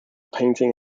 painting